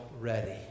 ready